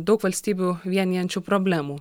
daug valstybių vienijančių problemų